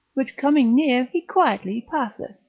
which coming near he quietly passeth.